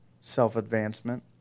self-advancement